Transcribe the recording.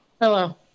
Hello